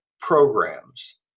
programs